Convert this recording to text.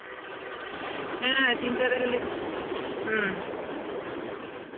ᱦᱮᱸ ᱛᱤᱱᱴᱟ ᱨᱮᱜᱮᱞᱮ ᱪᱷᱩᱴᱤ ᱠᱚᱣᱟ ᱦᱮᱸ